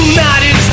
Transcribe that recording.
United